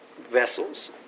vessels